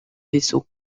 vaisseau